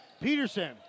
Peterson